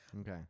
Okay